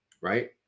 Right